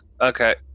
okay